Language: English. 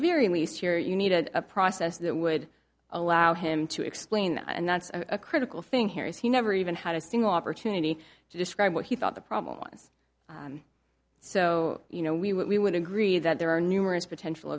very least here you needed a process that would allow him to explain that and that's a critical thing here is he never even had a single opportunity to describe what he thought the problem was so you know we would agree that there are numerous potential